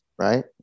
right